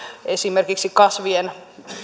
esimerkiksi kasvien